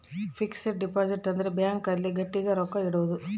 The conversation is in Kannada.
ಫಿಕ್ಸ್ ಡಿಪೊಸಿಟ್ ಅಂದ್ರ ಬ್ಯಾಂಕ್ ಅಲ್ಲಿ ಗಟ್ಟಿಗ ರೊಕ್ಕ ಇಡೋದು